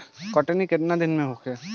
कटनी केतना दिन में होखे?